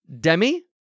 Demi